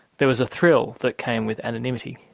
there was a thrill that came with anonymity.